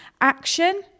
action